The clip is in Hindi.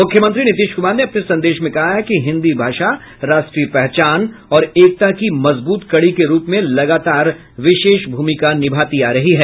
मुख्यमंत्री नीतीश कुमार ने अपने संदेश में कहा है कि हिन्दी भाषा राष्ट्रीय पहचान और एकता की मजबूत कड़ी के रूप में लगातार विशेष भूमिका निभाती आ रही है